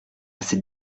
cette